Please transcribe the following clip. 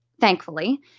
thankfully